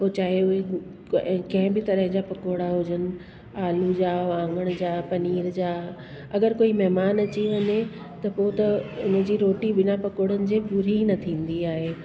पोइ चाहे उहे कंहिं बि तरह जा पकोड़ा हुजनि आलू जा वाङण जा पनीर जा अगरि कोई महिमान अची वञे त पोइ त हुन जी रोटी बिना पकोड़नि जे पूरी ई न थींदी आहे